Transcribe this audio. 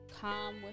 calm